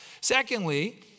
Secondly